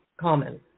common